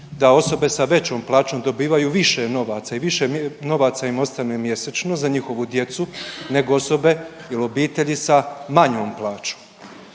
da osobe sa većom plaćom dobivaju više novaca i više novaca im ostane mjesečno za njihovu djecu nego osobe ili obitelji sa manjom plaćom.